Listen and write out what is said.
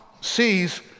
sees